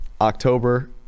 october